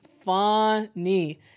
funny